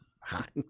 Hot